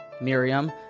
Miriam